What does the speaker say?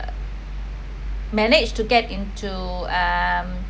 managed to get into um